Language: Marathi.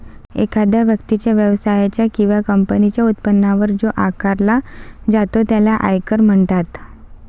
एखाद्या व्यक्तीच्या, व्यवसायाच्या किंवा कंपनीच्या उत्पन्नावर जो कर आकारला जातो त्याला आयकर म्हणतात